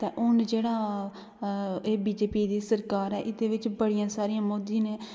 ते हून जेहड ऐ बिजेपी दी सरकार ऐ एहदे बिच बडियां सारियां मोदी ने